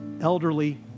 elderly